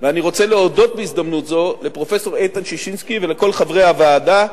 אני רוצה להודות בהזדמנות זו לפרופסור איתן ששינסקי ולכל חברי הוועדה.